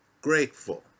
grateful